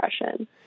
depression